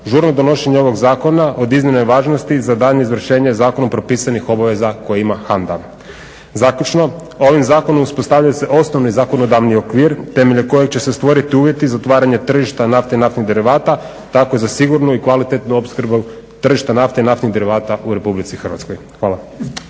žurno donošenje ovog zakona od iznimne je važnosti za daljnje izvršenje zakonom propisanih obaveza koje ima HANDA. Zaključno, ovim zakonom uspostavlja se osnovni zakonodavni okvir temeljem kojeg će se stvoriti uvjeti za otvaranje tržišta nafte i naftnih derivata tako za sigurnu i kvalitetnu opskrbu tržišta nafte i naftnih derivata u RH. Hvala.